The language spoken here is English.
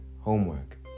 homework